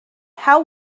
how